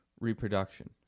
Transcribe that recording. reproduction